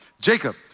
Jacob